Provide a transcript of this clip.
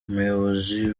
ubuyobozi